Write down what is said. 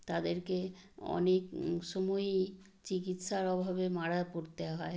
তাদেরকে অনেক সময়ই চিকিৎসার অভাবে মারা পড়তে হয়